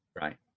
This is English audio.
Right